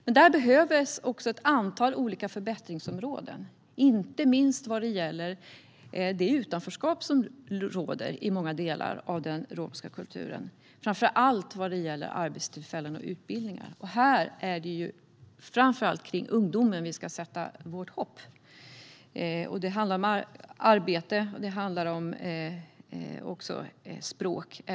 Men det finns ett antal olika förbättringsområden, inte minst vad avser det utanförskap som råder i många delar av den romska kulturen. Det gäller framför allt arbetstillfällen och utbildningar, och vi ska särskilt sätta vårt hopp till ungdomen. Även där handlar det om arbete och språk.